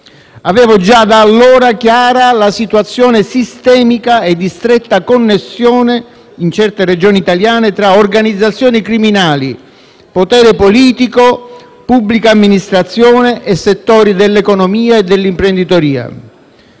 Avevo già da allora chiara la situazione sistemica e di stretta connessione, in certe Regioni italiane, tra organizzazioni criminali, potere politico, pubblica amministrazione e settori dell'economia e dell'imprenditoria.